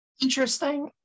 Interesting